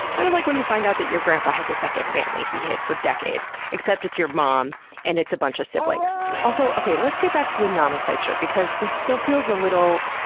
kind of like when you find out that your grandpa has a second family he hid for decades, except it's your mom and it's a bunch of siblings. also, okay, let's get back to the nomenclature because this still feels a little.